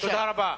תודה רבה.